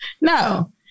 No